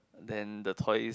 then the toys